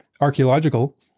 archaeological